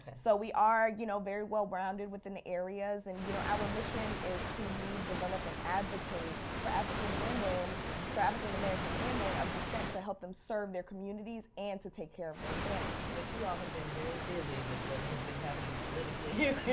so we are you know very well rounded within the areas and, you know, our mission is to lead, develop and advocate for african women for african american women of descent to help them serve their communities and to take care of their families. but you all have been very busy with what has been happening politically here.